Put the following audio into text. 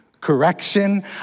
correction